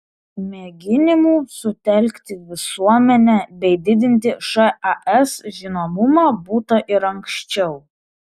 mėginimų sutelkti visuomenę bei didinti šas žinomumą būta ir anksčiau